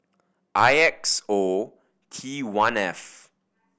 I X O T one F